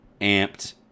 amped